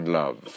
love